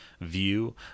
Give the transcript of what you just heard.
view